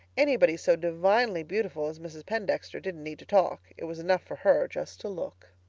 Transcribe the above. anybody so divinely beautiful as mrs. pendexter didn't need to talk it was enough for her just to look.